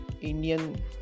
Indian